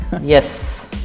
Yes